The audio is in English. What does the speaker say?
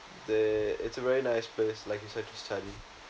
they it's a very nice place like I said to study